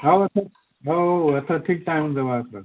ହଉ ହଉ ହଉ ଆଛ ଠିକ ଟାଇମ୍ରେ ଦେବା ଆସ